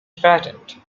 flattened